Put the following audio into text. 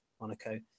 Monaco